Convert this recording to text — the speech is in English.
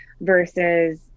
versus